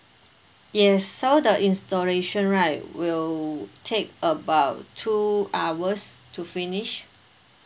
yes so the installation right will take about two hours to finish